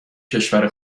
کشور